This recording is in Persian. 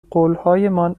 قولهایمان